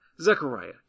Zechariah